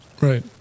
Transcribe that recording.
Right